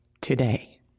today